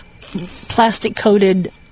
plastic-coated